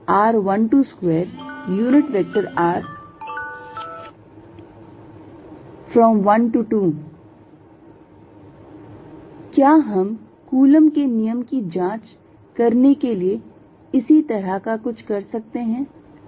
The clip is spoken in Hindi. F Gm1m2r122r12 क्या हम कूलॉम के नियम की जांच करने के लिए इसी तरह का कुछ कर सकते हैं